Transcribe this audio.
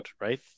right